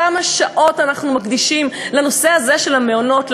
כמה שעות אנחנו מקדישים לנושא הזה של המעונות,